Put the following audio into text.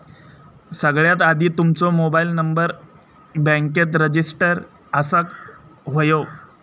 सगळ्यात आधी तुमचो मोबाईल नंबर बॅन्केत रजिस्टर असाक व्हयो